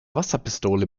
wasserpistole